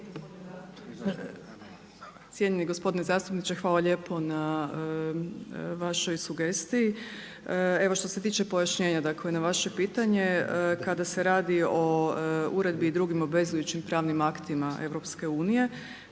Cijenjeni gospodine zastupniče. Hvala lijepo na vašoj sugestiji. Evo što se tiče pojašnjenja na vaše pitanje, kada se radi o uredbi i drugim obvezujućim pravnim aktima EU